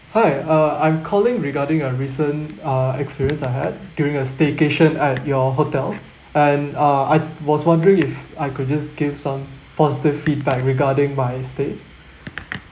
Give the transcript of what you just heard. hi uh I'm calling regarding uh recent uh experience I had during a staycation at your hotel and uh I was wondering if I could just give some positive feedback regarding my stay